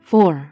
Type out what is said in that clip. Four